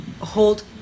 hold